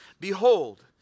Behold